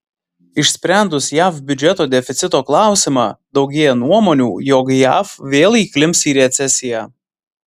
išsprendus jav biudžeto deficito klausimą daugėja nuomonių jog jav vėl įklimps į recesiją